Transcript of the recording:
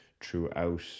throughout